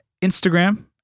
Instagram